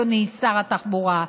אדוני שר התחבורה: